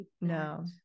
No